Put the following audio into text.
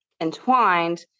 entwined